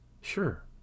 Sure